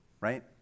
right